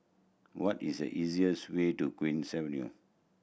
what is the easiest way to Queen's Avenue